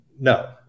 No